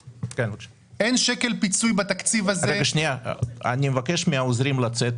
אין שקל פיצוי בתקציב הזה --- אני מבקש מהעוזרים לצאת